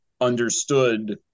understood